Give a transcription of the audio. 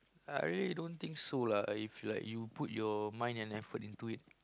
I really don't think so lah if you like you put your mind and effort into it